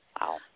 Wow